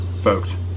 folks